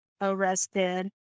arrested